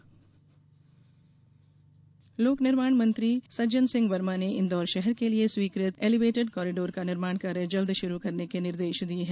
elevated corridor लोक निर्माण मंत्री सज्जन सिंह वर्मा ने इंदौर शहर के लिये स्वीकृत एलीवेटेड कॉरिडोर का निर्माण कार्य जल्द शुरू करने के निर्देश दिये हैं